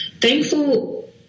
thankful